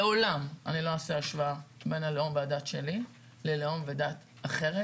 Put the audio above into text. לעולם אני לא אעשה השוואה בין הלאום והדת שלי ללאום ודת אחרת.